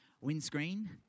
windscreen